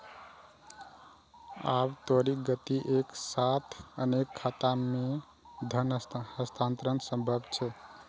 आब त्वरित गति सं एक साथ अनेक खाता मे धन हस्तांतरण संभव छै